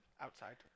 Outside